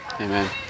Amen